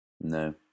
No